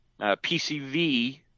PCV